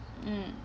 mm